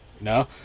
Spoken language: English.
No